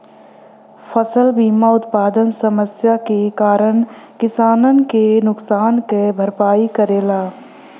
फसल बीमा उत्पादन समस्या के कारन किसानन के नुकसान क भरपाई करेला